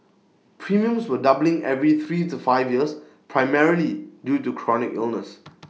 premiums were doubling every three to five years primarily due to chronic illnesses